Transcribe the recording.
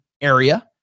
area